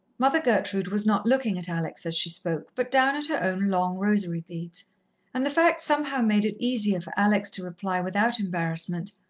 mother gertrude was not looking at alex as she spoke, but down at her own long rosary beads and the fact somehow made it easier for alex to reply without embarrassment.